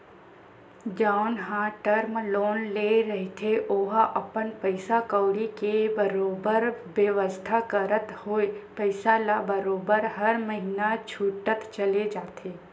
जउन ह term loan ले रहिथे ओहा अपन पइसा कउड़ी के बरोबर बेवस्था करत होय पइसा ल बरोबर हर महिना छूटत चले जाथे